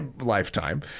lifetime